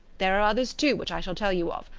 there are others, too, which i shall tell you of,